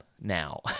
now